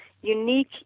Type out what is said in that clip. unique